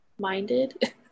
minded